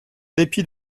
dépit